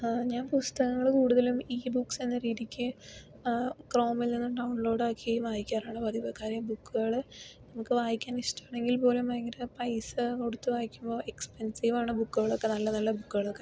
ഞാൻ പുസ്തകങ്ങൾ കൂടുതലും ഇ ബുക്സ് എന്ന രീതിക്ക് ക്രോമിൽ നിന്നും ഡൗൺ ലോഡ് ആക്കി വായിക്കാറാണ് പതിവ് കാര്യം ബുക്കുകൾ നമുക്ക് വായിക്കാൻ ഇഷ്ടമാണെങ്കിൽ പോലും ഭയങ്കര പൈസ കൊടുത്ത് വായിക്കുമ്പൊ എക്സ്പെൻസീവ് ആണ് ബുക്കുകളൊക്കെ നല്ല നല്ല ബുക്കുകളൊക്കെ